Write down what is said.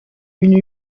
une